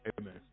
amen